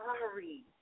sorry